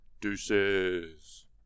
Deuces